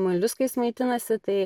moliuskais maitinasi tai